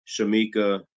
Shamika